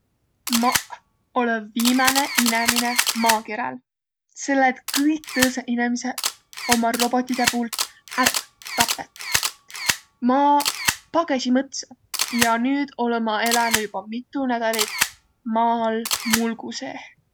Maq olõ viimäne inemine maakeräl, selle et kõik tõõsõq inemiseq ommaq robotidõ puult ärq tapet. Ma pagõsi mõtsa ja nüüd olõ ma elänüq joba mitu nädälit maa all mulgu seeh.